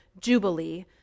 jubilee